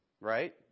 Right